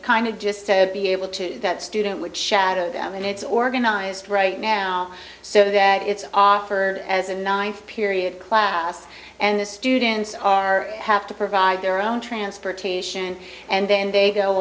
kind of just to be able to that student would shadow them and it's organized right now so that it's offered as a nine period class and the students are have to provide their own transportation and then they go